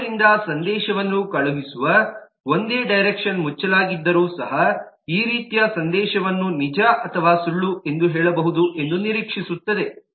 ಆದ್ದರಿಂದ ಸಂದೇಶವನ್ನು ಕಳುಹಿಸುವ ಒಂದೇ ಡೈರೆಕ್ಷನ್ ಮುಚ್ಚಲಾಗಿದ್ದರೂ ಸಹ ಈ ರೀತಿಯ ಸಂದೇಶವನ್ನು ನಿಜ ಅಥವಾ ಸುಳ್ಳು ಎಂದು ಹೇಳಬಹುದು ಎಂದು ನಿರೀಕ್ಷಿಸುತ್ತದೆ